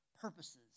purposes